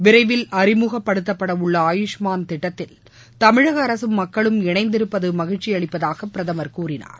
விரைவில் அறிமுகப்படுத்தப்பட உள்ள ஆயுஷ்மான் திட்டத்தில் தமிழக அரசும் மக்களும் இணைந்திருப்பது மகிழ்ச்சி அளிப்பதாக பிரதமர் கூறினார்